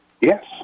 Yes